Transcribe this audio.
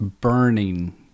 burning